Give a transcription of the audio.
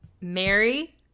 Mary